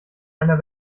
einer